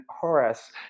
Horace